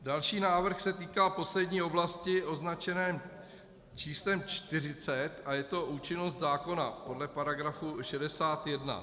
Další návrh se týká poslední oblasti označené číslem 40 a je to Účinnost zákona podle § 61.